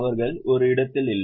அவர்கள் ஒரு இடத்தில் இல்லை